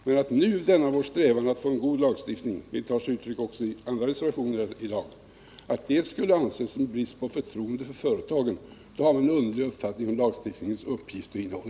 Men att tro att denna vår strävan efter att få en god lagstiftning skulle kunna anses som ett bevis på brist på förtroende för företagen visar att man har en underlig uppfattning om lagstiftningens uppgift och innehåll.